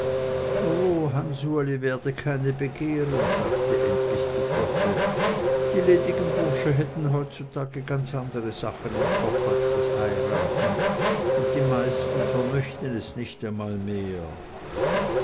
oh hans uli werde keine begehren sagte endlich die gotte die ledigen bursche hätten heutzutage ganz andere sachen im kopf als das heiraten und die meisten vermöchten es nicht einmal mehr